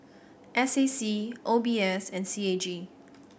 S A C O B S and C A G